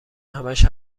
همش